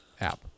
app